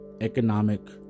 economic